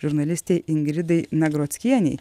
žurnalistei ingridai nagrockienei